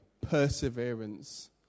Perseverance